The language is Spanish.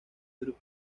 group